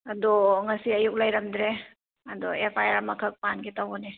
ꯑꯗꯣ ꯉꯁꯤ ꯑꯌꯨꯛ ꯂꯩꯔꯝꯗ꯭ꯔꯦ ꯑꯗꯣ ꯑꯦꯐ ꯑꯥꯏ ꯑꯥꯔ ꯑꯃꯈꯛ ꯄꯥꯟꯒꯦ ꯇꯧꯕꯅꯦ